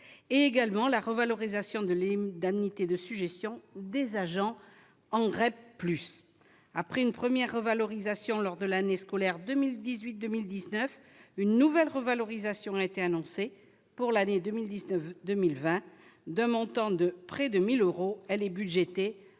et également la revalorisation de l'indemnité de suggestions des agents en grève plus après une première revalorisation lors de l'année scolaire 2018, 2019 une nouvelle revalorisation a été annoncé pour l'année 2019, 2020, d'un montant de près de 1000 euros elle est budgété